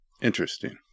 Interesting